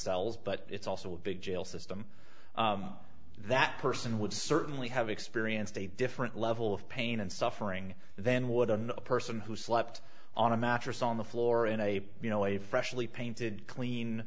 cells but it's also a big jail system that person would certainly have experienced a different level of pain and suffering then why would a person who slept on a mattress on the floor in a you know a freshly painted clean